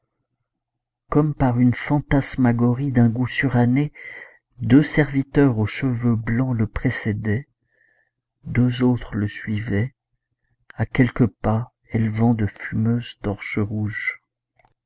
comme par une fantasmagorie d'un goût suranné deux serviteurs aux cheveux blancs le précédaient deux autres le suivaient à quelques pas élevant de fumeuses torches rouges